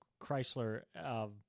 Chrysler